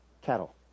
cattle